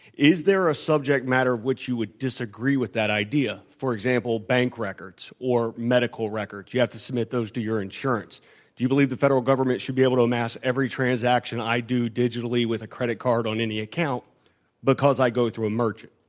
is there a subject matter which you would disagree with that idea for example, bank records or medical records, you have to submit those to your insurance do you believe the federal government should be able to amass every transaction i do digi tally with a credit card on any account because i go through a merchant?